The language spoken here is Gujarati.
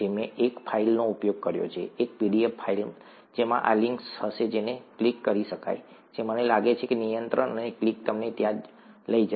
મેં એક ફાઇલનો ઉલ્લેખ કર્યો છે એક પીડીએફ ફાઇલ જેમાં આ લિંક્સ હશે જેને ક્લિક કરી શકાય છે મને લાગે છે કે નિયંત્રણ અને ક્લિક તમને ત્યાં લઈ જશે